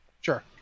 Sure